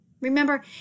Remember